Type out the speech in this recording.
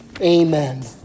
Amen